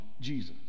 jesus